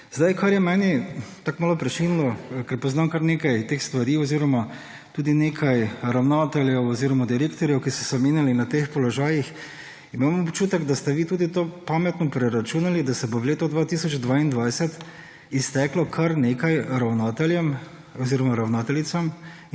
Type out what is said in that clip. Zdaj, kar je meni tako malo prešinilo, ker poznam kar nekaj teh stvari oziroma tudi nekaj ravnateljev oziroma direktorjev, ki so se menjali na teh položajih, imam občutek, da ste vi tudi to pametno preračunali, da se bo v letu 2022 izteklo kar nekaj ravnateljem oziroma ravnateljicam